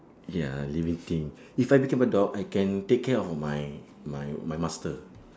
ya living thing if I become a dog I can take care of my my my master